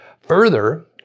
Further